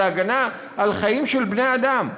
זה הגנה על חיים של בני אדם.